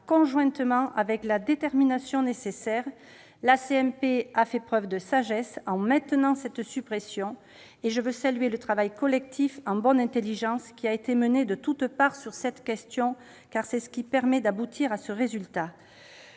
conjointement, avec la détermination nécessaire. La CMP a fait preuve de sagesse en maintenant cette suppression, et je veux saluer le travail collectif, mené en bonne intelligence et de toute part sur cette question. C'est ce qui permet d'aboutir à ce résultat.